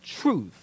truth